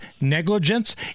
negligence